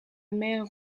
mer